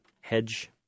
hedge